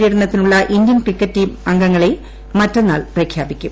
പര്യടനത്തിനുളള Indian cricket team അംഗങ്ങളെ മറ്റെന്നാൾ പ്രഖ്യാപിക്കും